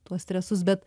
tuos stresus bet